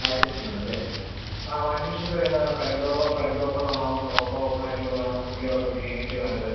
washing machine വേണമല്ലേ ആ washing machine ഇപ്പോൾ ഏതാണ് ഫ്രണ്ട് ഡോറോ ഫ്രണ്ട് ഓപ്പണാണോ ടോപ് ഓപ്പണായിട്ടുള്ളത് വേണോ ഫുള്ളി ഓട്ടോമാറ്റിക്ക് എങ്ങനത്തെയാണ് വേണ്ടത്